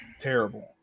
terrible